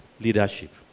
leadership